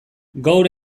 gaur